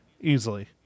easily